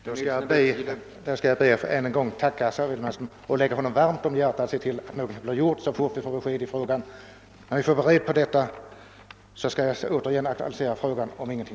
Herr talman! Då ber jag att än en gång få tacka statsrådet för svaret och lägga honom varmt om hjärtat att någonting göres och att vi sedan får ett besked. Om ingenting blir åtgjort, skall jag åter aktualisera frågan.